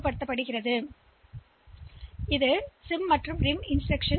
இப்போது இது SID SIM மற்றும் RIM இன்ஸ்டிரக்ஷன்